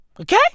Okay